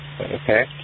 Okay